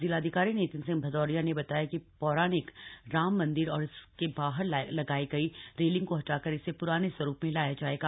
जिलाधिकारी नितिन सिंह भदौरिया ने बताया कि पौराणिक राम मंदिर और इसके बाहर लगाई गयी रेलिंग को हटाकर इसे पुराने स्वरूप में लाया जायेगा